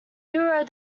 hero